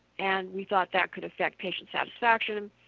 and we thought that could affect patient satisfaction,